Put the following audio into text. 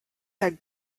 had